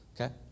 Okay